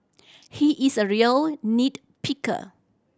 he is a real nit picker